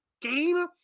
game